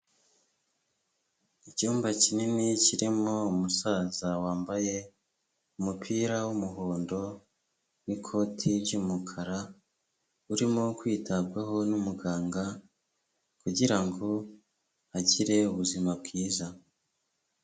icyumba kinini kirimo umusaza wambaye umupira wumuhondo n'ikoti ry'umukara urimo kwitabwaho n'umuganga kugirango agire ubuzima bwiza.